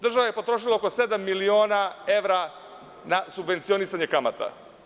Država je potrošila oko sedam miliona evra na subvencionisanje kamata.